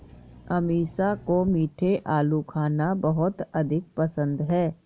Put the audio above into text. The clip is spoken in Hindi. अमीषा को मीठे आलू खाना बहुत अधिक पसंद है